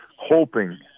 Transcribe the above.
hoping